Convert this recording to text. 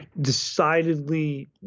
decidedly